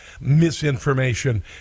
misinformation